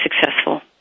successful